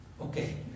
Okay